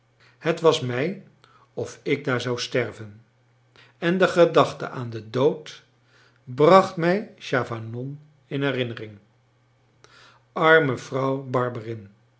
het was mij of ik daar zou sterven en de gedachte aan den dood bracht mij chavanon in herinnering arme vrouw